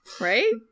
right